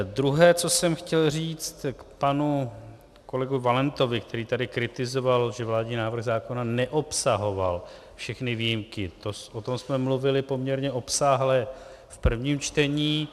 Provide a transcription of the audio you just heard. Druhé, co jsem chtěl říct k panu kolegu Valentovi, který tady kritizoval, že vládní návrh zákona neobsahoval všechny výjimky, o tom jsme mluvili poměrně obsáhle v prvním čtení.